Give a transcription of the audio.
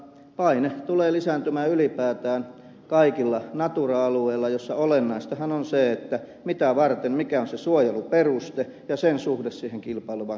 paine tulee lisääntymään ylipäätään kaikilla natura alueilla joissa olennaistahan on se mitä varten mikä on se suojeluperuste ja sen suhde siihen kilpailevaan käyttömuotoon